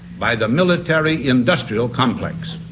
by the military-industrial complex.